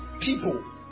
people